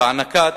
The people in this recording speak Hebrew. ובהענקת